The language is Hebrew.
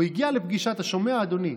הוא הגיע לפגישה, אתה שומע, אדוני?